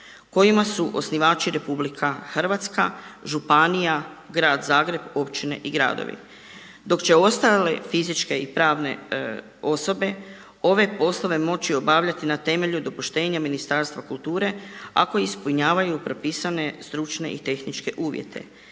kojima su osnivači RH, županija, grad Zagreb, općine i gradovi dok će ostale fizičke i pravne osobe ove poslove moći obavljati na temelju dopuštenja Ministarstva kulture ako ispunjavaju propisane stručne i tehničke uvjete.